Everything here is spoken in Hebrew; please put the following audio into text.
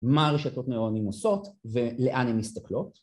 מה הרשתות ניורונים עושות ולאן הן מסתכלות